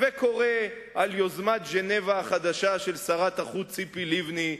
וקורא על יוזמת ז'נבה החדשה של שרת החוץ ציפי לבני,